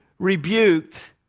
rebuked